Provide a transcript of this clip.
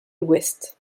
ouest